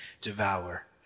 devour